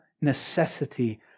necessity